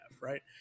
right